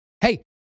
Hey